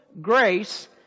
grace